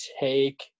take